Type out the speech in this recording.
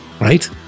right